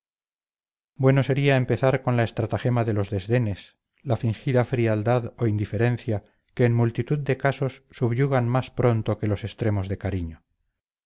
bueno sería empezar con la estratagema de los desdenes la fingida frialdad o indiferencia que en multitud de casos subyugan más pronto que los extremos de cariño